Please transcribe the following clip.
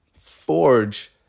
forge